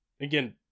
again